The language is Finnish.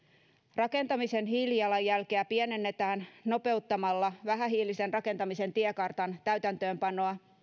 rakentamisen hiilijalanjälkeä pienennetään nopeuttamalla vähähiilisen rakentamisen tiekartan täytäntöönpanoa